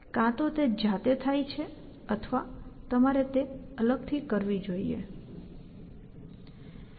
કાં તો તે જાતે થાય છે અથવા તમારે તે અલગ થી કરવી જોઈએ